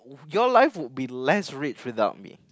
your life would be less red without me